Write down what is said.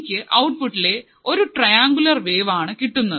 എനിക്ക് ഔട്ട്പുട്ട് ലെ ഒരു ട്രിയൻഗുലര് വേവ് ആണ് കിട്ടുന്നത്